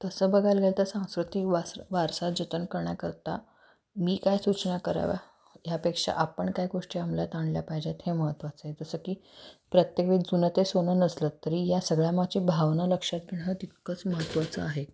तसं बघायला गेलं तर सांस्कृतिक वारस वारसा जतन करण्याकरता मी काय सूचना करावा ह्यापेक्षा आपण काय गोष्टी अमलात आणल्या पाहिजेत हे महत्त्वाचं आहे जसं की प्रत्येक वेळी जुनं ते सोनं नसलं तरी या सगळ्यांमागची भावना लक्षात तितकंच महत्त्वाचं आहे